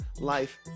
life